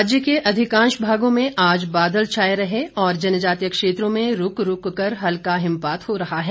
मौसम राज्य के अधिकांश भागों में आज बादल छाए रहे और जनजातीय क्षेत्रों में रूक रूक कर हल्का हिमपात हो रहा है